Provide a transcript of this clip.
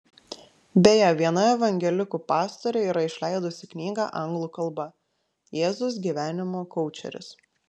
beje viena evangelikų pastorė yra išleidusi knygą anglų kalba jėzus gyvenimo koučeris